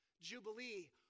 Jubilee